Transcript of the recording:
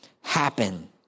happen